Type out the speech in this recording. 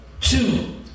two